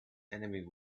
enemy